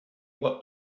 what